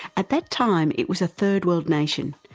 at that time, it was a third world nation,